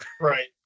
right